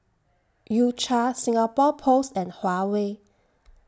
U Cha Singapore Post and Huawei